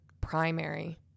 primary